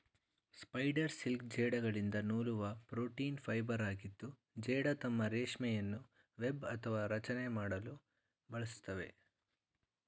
spider silk ಜೇಡಗಳಿಂದ ನೂಲುವ protein ಫೈಬರಾಗಿದ್ದು ಜೇಡ ತಮ್ಮ ರೇಷ್ಮೆಯನ್ನು ವೆಬ್ ಅಥವಾ ರಚನೆ ಮಾಡಲು ಬಳಸ್ತವೆ